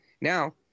Now